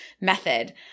method